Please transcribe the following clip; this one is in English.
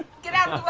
get out